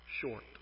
short